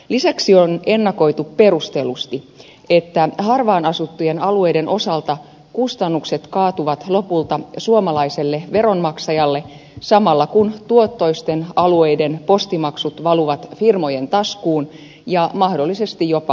lisäksi on ennakoitu perustellusti että harvaanasuttujen alueiden osalta kustannukset kaatuvat lopulta suomalaiselle veronmaksajalle samalla kun tuottoisten alueiden postimaksut valuvat firmojen taskuun ja mahdollisesti jopa ulkomaille